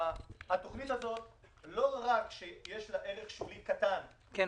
לתוכנית הזאת לא רק שיש ערך שולי קטן -- כן,